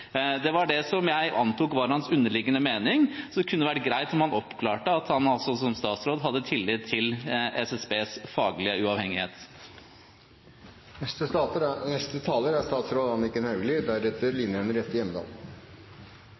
var det jeg antok var hans underliggende mening, så det kunne vært greit om han oppklarte at han som statsråd har tillit til SSBs faglige uavhengighet. Arbeidsmarkedssituasjonen er